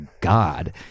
God